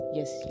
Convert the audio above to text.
Yes